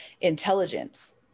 intelligence